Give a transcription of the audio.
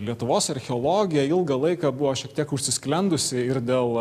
lietuvos archeologija ilgą laiką buvo šiek tiek užsisklendusi ir dėl